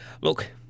Look